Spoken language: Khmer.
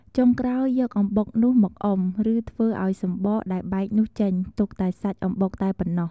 ចុងក្រោយយកអំបុកនោះមកអុំ ឬធ្វើឱ្យសំបកដែលបែកនោះចេញ ទុកតែសាច់អំបុកតែប៉ុណ្ណោះ។